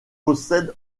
possède